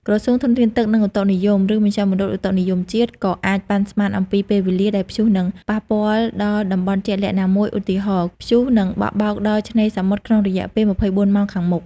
ក្រសួងធនធានទឹក និងឧតុនិយម ឬមជ្ឈមណ្ឌលឧតុនិយមជាតិ ក៏អាចប៉ាន់ស្មានអំពីពេលវេលាដែលព្យុះនឹងប៉ះពាល់ដល់តំបន់ជាក់លាក់ណាមួយ ឧទាហរណ៍ ព្យុះនឹងបក់បោកដល់ឆ្នេរសមុទ្រក្នុងរយៈពេល ២៤ ម៉ោងខាងមុខ។